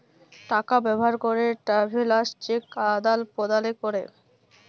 টাকা ব্যবহার ক্যরে ট্রাভেলার্স চেক আদাল প্রদালে ক্যরে